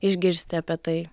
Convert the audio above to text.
išgirsti apie tai